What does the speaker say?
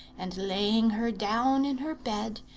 and laying her down in her bed,